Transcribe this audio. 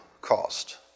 cost